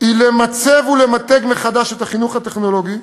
היא למצב ולמתג מחדש את החינוך הטכנולוגי,